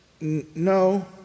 No